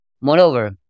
Moreover